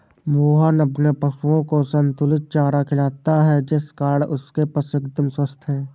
मोहन अपने पशुओं को संतुलित चारा खिलाता है जिस कारण उसके पशु एकदम स्वस्थ हैं